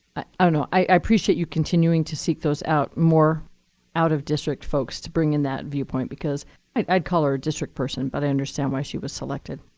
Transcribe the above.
i don't know. i appreciate you continuing to seek those out, more out of district folks, to bring in that viewpoint. because i'd call her a district person, but i understand why she was selected.